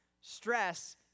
Stress